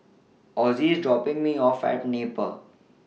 Osie IS dropping Me off At Napier